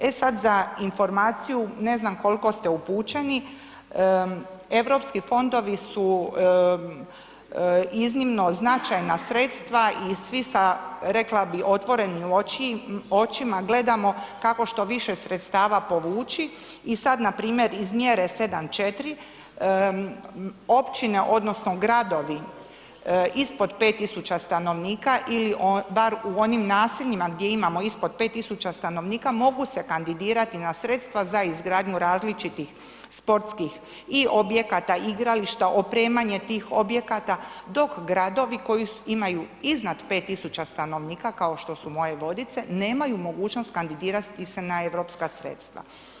E sad za informaciju, ne znam koliko ste upućeni, europski fondovi su iznimno značajna sredstva i svi sa rekla bih, otvorenim očima gledamo kako što više sredstava povući i sad npr. iz mjere 7.4 općine odnosno gradovi ispod 5000 stanovnika ili barem u onim naseljima gdje imamo ispod 5000 stanovnika, mogu se kandidirati na sredstva za izgradnju različitih sportskih i objekata, igrališta, opremanje tih objekata, dok gradovi koji imaju iznad 5 tisuća stanovnika, kao što su moje Vodice, nemaju mogućnost kandidirati se na europska sredstva.